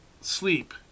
sleep